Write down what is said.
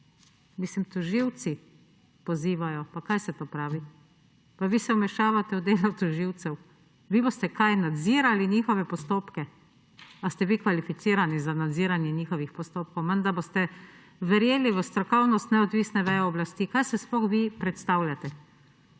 tista, tožilci pozivajo. Pa kaj se to pravi? Vi se vmešavate v delo tožilcev. Vi boste – kaj? Nadzirali njihove postopke? Ali ste vi kvalificirani za nadziranje njihovih postopkov? Menda boste verjeli v strokovnost neodvisne veje oblasti. Kaj si sploh vi predstavljate?